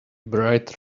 bright